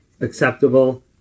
acceptable